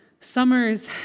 Summers